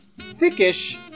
thickish